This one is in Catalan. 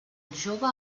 jove